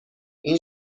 این